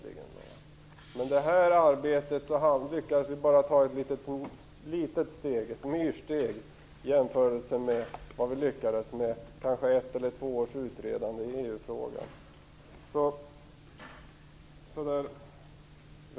I det här arbetet lyckades vi bara ta ett myrsteg i jämförelse med vad vi lyckades med genom ett eller kanske två års utredande i EU-frågan.